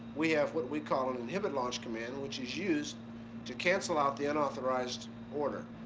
we have what we call an inhibit launch command which is used to cancel out the unauthorized order.